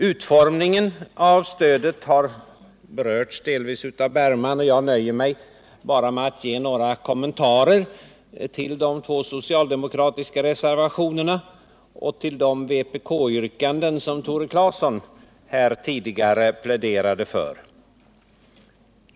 Utformningen av stödet har delvis berörts av Per Bergman, och jag nöjer mig med att göra några kommentarer till de två socialdemokratiska reservationerna och de vpk-yrkanden Tore Claeson tidigare pläderade för.